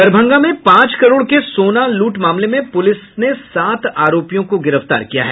दरभंगा में पांच करोड़ के सोना लूट मामले में पुलिस ने सात आरोपियों को गिरफ्तार किया है